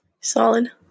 Solid